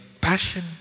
passion